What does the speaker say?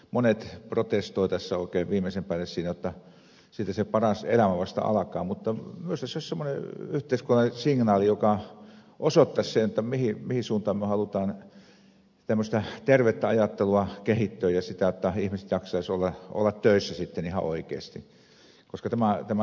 monet protestoivat tässä oikein viimeisen päälle jotta siitä se paras elämä vasta alkaa mutta minusta se oli si semmoinen yhteiskunnallinen signaali joka osoittaisi sen mihin suuntaan me haluamme tämmöistä tervettä ajattelua kehittää ja sitä jotta ihmiset jaksaisivat olla töissä ihan oikeasti